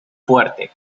fuerte